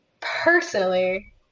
personally